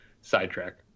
sidetrack